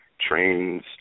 trains